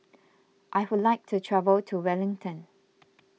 I would like to travel to Wellington